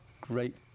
great